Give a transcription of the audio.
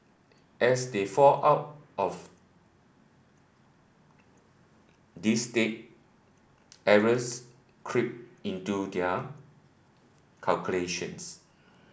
as they fall out of this state errors creep into their calculations